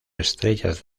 estrellas